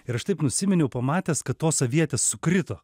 ir aš taip nusiminiau pamatęs kad tos avietės sukrito